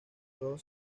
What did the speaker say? todos